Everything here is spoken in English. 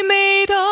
made